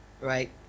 right